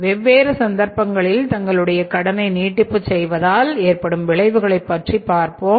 வெவ்வேறு சந்தர்ப்பங்களில் தங்களுடைய கடனை நீட்டிப்பு செய்வதால் ஏற்படும் விளைவுகளைப் பார்ப்போம்